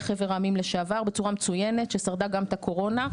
חבר העמים לשעבר בצורה מצוינת ששרדה גם את הקורונה.